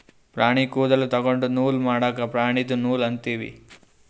ಪ್ರಾಣಿ ಕೂದಲ ತೊಗೊಂಡು ನೂಲ್ ಮಾಡದ್ಕ್ ಪ್ರಾಣಿದು ನೂಲ್ ಅಂತೀವಿ